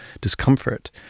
discomfort